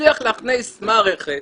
הצליח להכניס מערכת